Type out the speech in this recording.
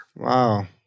Wow